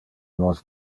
nos